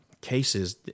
cases